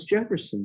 Jefferson